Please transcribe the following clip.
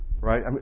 Right